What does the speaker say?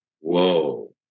Whoa